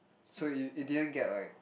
so it it didn't get like